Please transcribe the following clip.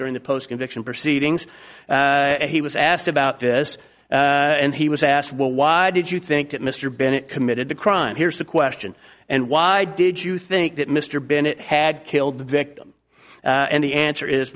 during the post conviction proceedings and he was asked about this and he was asked well why did you think that mr bennett committed the crime here's the question and why did you think that mr bennett had killed the victim and the answer is